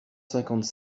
cinquante